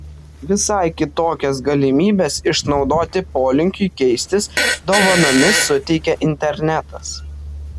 visai kitokias galimybes išnaudoti polinkiui keistis dovanomis suteikia internetas